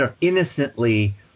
Innocently